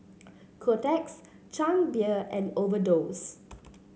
Kotex Chang Beer and Overdose